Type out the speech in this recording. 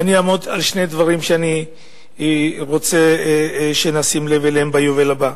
ואני אעמוד על שני דברים שאני רוצה שנשים לב אליהם ביובל הבא.